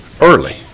early